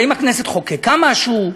האם הכנסת חוקקה משהו?